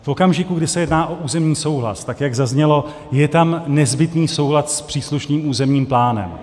V okamžiku, kdy se jedná o územní souhlas, tak jak zaznělo, je tam nezbytný soulad s příslušným územním plánem.